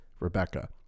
Rebecca